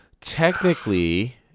technically